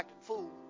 fool